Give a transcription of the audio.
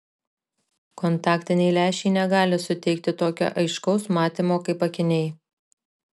kontaktiniai lęšiai negali suteikti tokio aiškaus matymo kaip akiniai